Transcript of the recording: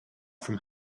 from